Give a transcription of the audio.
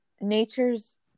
nature's